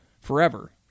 forever